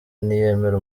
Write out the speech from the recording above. ntiyemera